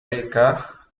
dedicada